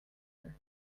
her